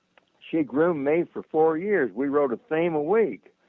she groomed me for four years. we wrote a theme a week.